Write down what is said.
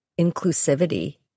inclusivity